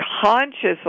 consciously